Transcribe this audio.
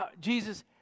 Jesus